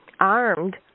armed